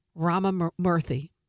Ramamurthy